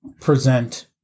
present